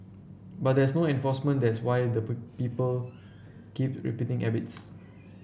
but there's no enforcement that's why the people keep to repeating habits